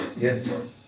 Yes